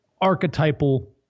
archetypal